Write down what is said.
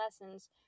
lessons